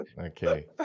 Okay